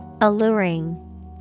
Alluring